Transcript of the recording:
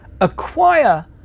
Acquire